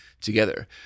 together